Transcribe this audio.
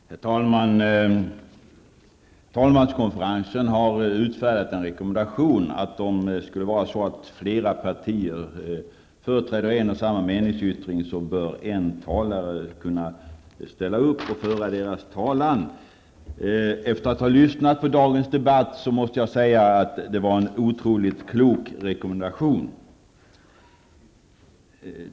Herr talman! Talmanskonferensen har utfärdat en rekommendation, att om flera partier företräder en och samma meningsyttring bör en talare kunna ställa upp och föra deras talan. Efter att ha lyssnat på dagens debatt måste jag säga att det var en otroligt klok rekommendation.